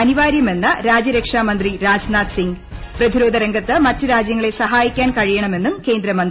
അനിവാര്യമെന്ന് രാജ്യർക്ഷാ മന്ത്രി രാജ്നാഥ് സിംഗ് പ്രതിരോധ രംഗത്ത് മറ്റു രാജ്യങ്ങളെ സഹായിക്കാൻ കഴിയണമെന്നും ക്രേന്ദ്രമന്ത്രി